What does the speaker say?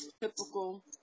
typical